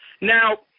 Now